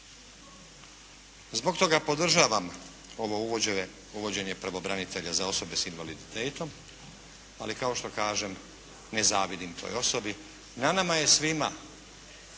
Zbog toga podržavam ovo uvođenje pravobranitelja za osobe s invaliditetom, ali kao što kažem, ne zavidim toj osobi. Na nama je svima